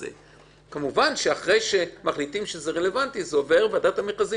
כמובן שאחרי שמחליטים שזה רלוונטי אז זה עובר לוועדת המכרזים.